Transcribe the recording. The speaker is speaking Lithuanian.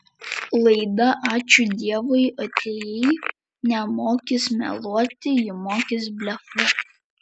laida ačiū dievui atėjai nemokys meluoti ji mokys blefuoti